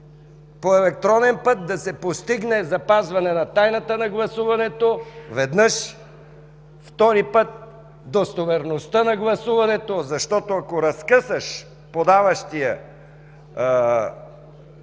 по електронен път да се постигне запазване тайната на гласуването – веднъж, втори път – достоверността на гласуването, защото ако разкъсаш даващия гласа